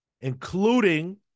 including